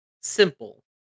simple